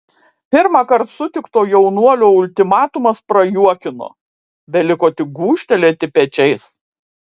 pirmąkart sutikto jaunuolio ultimatumas prajuokino beliko tik gūžtelėti pečiais